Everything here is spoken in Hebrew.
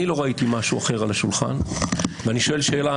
אני לא ראיתי משהו אחר על השולחן, ואני שואל שאלה.